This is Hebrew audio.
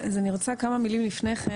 אז אני רוצה כמה מילים לפני כן.